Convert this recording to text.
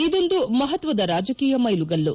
ಇದೊಂದು ಮಹತ್ತದ ರಾಜಕೀಯ ಮ್ಸೆಲುಗಲ್ಲು